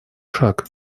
шаг